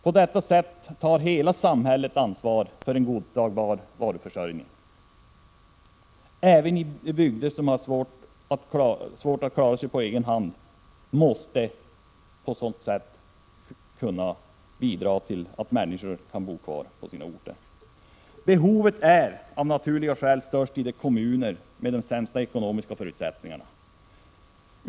På detta sätt tar hela samhället ansvar för en godtagbar varuförsörjning. Även i bygder som har svårt att klara sig på egen hand måste människor kunna bo kvar. Behovet är, av naturliga skäl, störst i de kommuner som har de sämsta ekonomiska förutsättningarna.